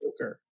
Joker